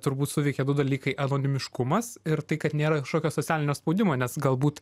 turbūt suveikė du dalykai anonimiškumas ir tai kad nėra kažkokio socialinio spaudimo nes galbūt